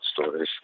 stories